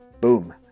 Boom